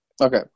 Okay